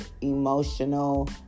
emotional